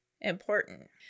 important